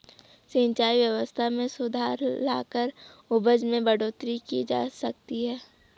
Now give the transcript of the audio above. सिंचाई व्यवस्था में सुधार लाकर उपज में बढ़ोतरी की जा सकती है